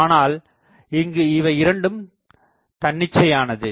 ஆனால் இங்கு இவை இரண்டும் தன்னிணையானது